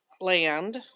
land